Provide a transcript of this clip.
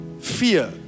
fear